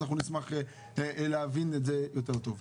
אז אנחנו נשמח להבין את זה יותר טוב.